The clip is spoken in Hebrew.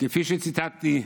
כפי שציטטתי,